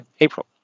April